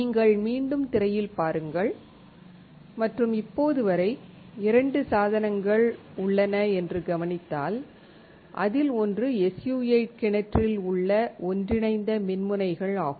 நீங்கள் மீண்டும் திரையில் பாருங்கள் மற்றும் இப்போது வரை 2 சாதனங்கள் உள்ளன என்று கவனித்தால் அதில் ஒன்று SU 8 கிணற்றில் உள்ள ஒன்றிணைந்த மின்முனைகள் ஆகும்